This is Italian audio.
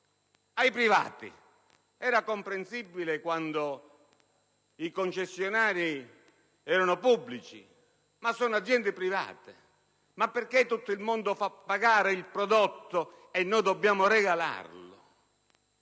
Ciò era comprensibile quando i concessionari erano pubblici, ma ora sono aziende private. Perché tutto il mondo fa pagare il prodotto e noi dobbiamo regalarlo?